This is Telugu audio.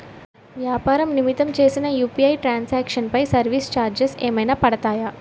వ్యాపార నిమిత్తం చేసిన యు.పి.ఐ ట్రాన్ సాంక్షన్ పై సర్వీస్ చార్జెస్ ఏమైనా పడతాయా?